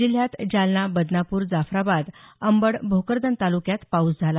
जिल्ह्यात जालना बदनापूर जाफराबाद अंबड भोकरदन तालुक्यात पाऊस झाला